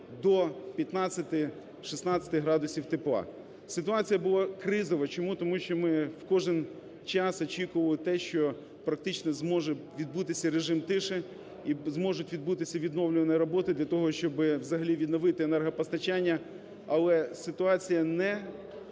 до 15-16 градусів тепла. Ситуація була кризова, чому? Тому що ми в кожен час очікували те, що практично зможе відбутися режим тиші і зможуть відбутися відновлювальні роботи для того, щоб взагалі відновити енергопостачання. Але ситуація не